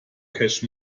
cash